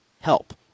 help